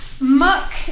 muck